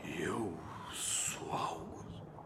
jau suaugus